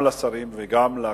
ואנחנו אומרים גם לשרים וגם לכנסת,